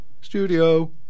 studio